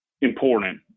important